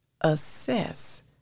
assess